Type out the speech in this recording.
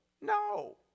No